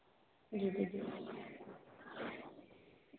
जी दीदी